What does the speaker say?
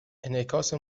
انعکاس